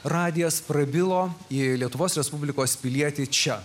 radijas prabilo į lietuvos respublikos pilietį čia